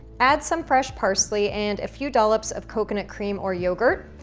add some fresh parsley and a few dollops of coconut cream or yogurt.